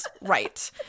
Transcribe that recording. right